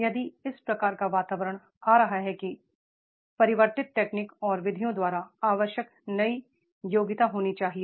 यदि इस प्रकार का वातावरण आ रहा है तो परिव र्तित टेक्निक और विधियों द्वारा आवश्यक नई योग्यता होनी चाहिए